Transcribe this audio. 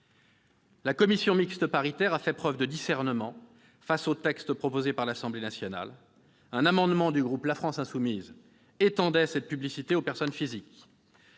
La commission mixte paritaire a fait preuve de discernement devant le texte proposé par l'Assemblée nationale. Un amendement du groupe La France insoumise étendait cette publicité aux personnes physiques